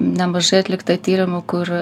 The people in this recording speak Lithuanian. nemažai atlikta tyrimų kur